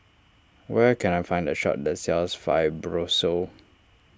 where can I find a shop that sells Fibrosol